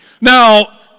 Now